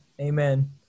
Amen